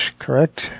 Correct